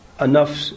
enough